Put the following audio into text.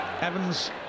Evans